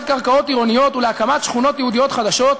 קרקעות עירוניות ולהקמת שכונות יהודיות חדשות,